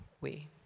we-